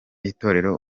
itorero